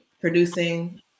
producing